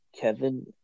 Kevin